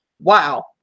Wow